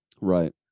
Right